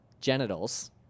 genitals